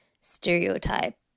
stereotype